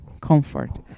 comfort